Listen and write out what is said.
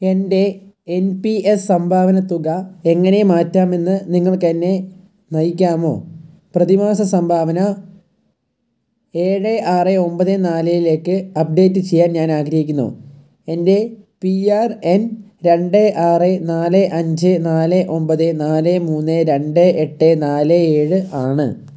എൻ്റെ N P S സംഭാവനത്തുക എങ്ങ നെ മാറ്റാമെന്ന് നിങ്ങൾക്ക് എന്നേ നയിക്കാമോ പ്രതിമാസം സംഭാവന എഴ് ആറ് ഒമ്പത് നാലിലേക്ക് അപ്ഡേറ്റ് ചെയ്യാൻ ഞാൻ ആഗ്രഹിക്കുന്നു എൻ്റെ പി ആർ എൻ രണ്ട് ആറേ നാല് അഞ്ച് നാല് ഒമ്പത് നാല് മൂന്ന് രണ്ട് എട്ട് നാല് ഏഴ് ആണ്